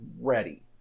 ready